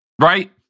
Right